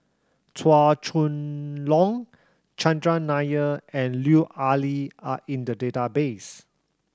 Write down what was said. Chua Chong Long Chandran Nair and Lut Ali are in the database